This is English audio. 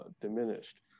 diminished